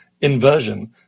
inversion